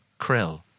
krill